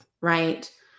right